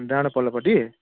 डाँडा पल्लोपट्टि